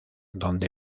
donde